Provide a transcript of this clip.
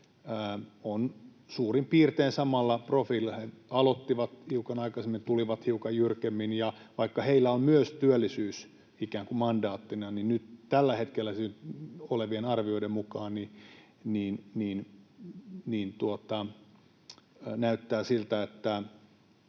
suurin piirtein samalla profiililla — he aloittivat hiukan aikaisemmin ja tulivat hiukan jyrkemmin — ja vaikka heillä on myös työllisyys ikään kuin mandaattina, niin nyt tällä hetkellä olevien arvioiden mukaan näyttää siltä,